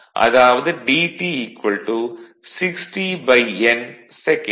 அதாவது dt 60N second